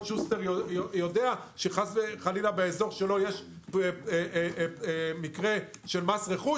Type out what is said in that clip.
שוסטר יודע שחלילה באזור שלו יש מקרה של מס רכוש,